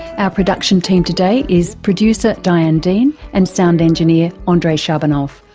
our production team today is producer diane dean and sound engineer ah andrei shabunov.